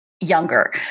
younger